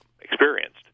experienced